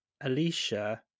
Alicia